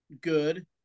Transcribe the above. Good